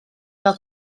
fel